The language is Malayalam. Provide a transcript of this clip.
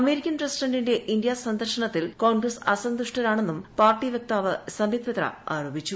അമേരിക്കൻ പ്രസിഡന്റിന്റെ ഇന്ത്യാ സന്ദർശനത്തീർ ് കോൺഗ്രസ് അസന്തുഷ്ടരാണെന്നും പാർട്ടി വക്താവ് സമ്പിത് പത്ര ആരോപിച്ചു